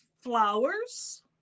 flowers